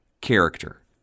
character